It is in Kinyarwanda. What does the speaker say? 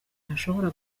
ntashobora